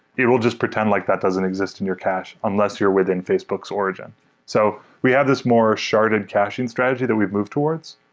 it will just pretend like that doesn't exist in your cache unless you're within facebook's origin so we have this more sharded caching strategy that we've move towards.